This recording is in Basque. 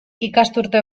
ikasturte